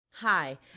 Hi